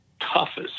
Toughest